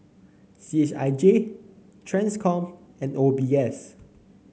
C H I J Transcom and O B S